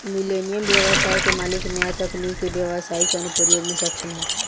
millennial ब्यबसाय के मालिक न्या तकनीक के ब्यबसाई के अनुप्रयोग में सक्षम ह